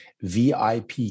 VIP